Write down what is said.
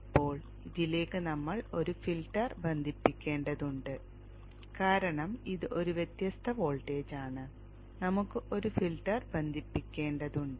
ഇപ്പോൾ ഇതിലേക്ക് നമ്മൾ ഒരു ഫിൽട്ടർ ബന്ധിപ്പിക്കേണ്ടതുണ്ട് കാരണം ഇത് ഒരു വ്യത്യസ്ത വോൾട്ടേജാണ് നമുക്ക് ഒരു ഫിൽട്ടർ ബന്ധിപ്പിക്കേണ്ടതുണ്ട്